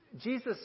Jesus